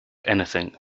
anything